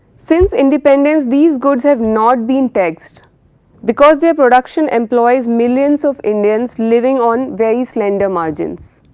since independence these goods have not been taxed because their production employees millions of indians living on very slender margins.